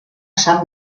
sant